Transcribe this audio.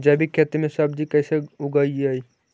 जैविक खेती में सब्जी कैसे उगइअई?